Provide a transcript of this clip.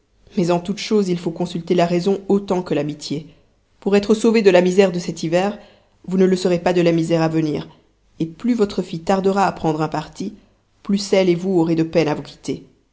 mais en toutes choses il faut consulter la raison autant que l'amitié pour être sauvée de la misère de cet hiver vous ne le serez pas de la misère à venir et plus votre fille tardera à prendre un parti plus elle et vous aurez de peine à vous quitter